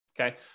Okay